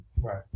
Right